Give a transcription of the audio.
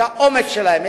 את האומץ שלהם,